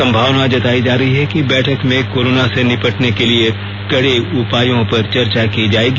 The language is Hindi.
संभावना जताई जा रही है कि बैठक में कोरोना से निपटने के लिए कड़े उपायों पर चर्चा की जाएगी